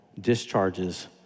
discharges